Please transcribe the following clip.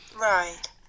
Right